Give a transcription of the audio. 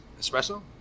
espresso